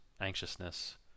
anxiousness